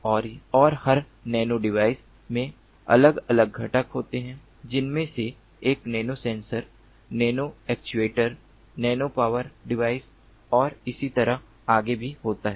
और हर नैनोडिवाइस में अलग अलग घटक होते हैं जिनमें से एक नैनोसेंसर नैनोएक्ट्यूएटर नैनोपावर डिवाइस और इसी तरह आगे भी होता है